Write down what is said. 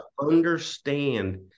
understand